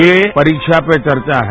ये परीक्षा पे चर्चा है